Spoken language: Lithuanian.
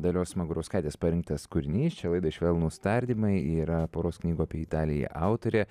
dalios smagurauskaitės parengtas kūrinys čia laida švelnūs tardymai ji yra poros knygų apie italiją autorė